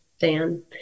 Dan